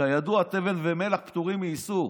וכידוע תבן ומלח פטורים מעישור.